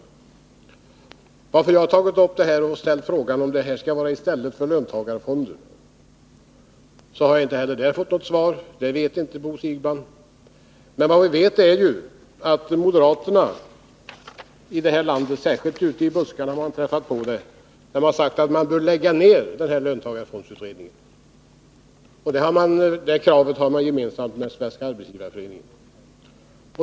Jag har ställt frågan om den föreslagna åtgärden skall vara i stället för löntagarfonder, och jag har inte heller därvidlag fått något svar. Det vet inte Bo Siegbahn. Men vad vi vet är ju att moderaterna i det här landet, särskilt då man träffar på dem ute i buskarna, säger att man bör lägga ned löntagarfondsutredningen. Det kravet har man gemensamt med Svenska arbetsgivareföreningen.